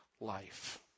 life